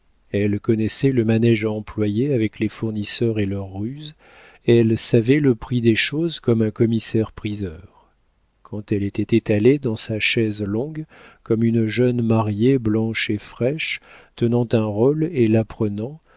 elle connaissait le manége à employer avec les fournisseurs et leurs ruses elle savait le prix des choses comme un commissaire-priseur quand elle était étalée dans sa chaise longue comme une jeune mariée blanche et fraîche tenant un rôle et l'apprenant